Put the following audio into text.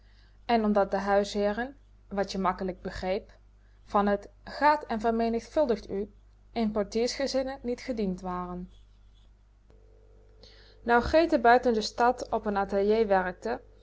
en omdat de huisheeren wat je makkelijk begreep van t gaat en vermenigvuldigt u in portiers gezinnen niet gediend waren nou grete buiten de stad op n atelier werkte